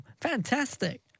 Fantastic